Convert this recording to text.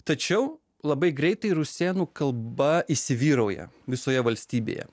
tačiau labai greitai rusėnų kalba įsivyrauja visoje valstybėje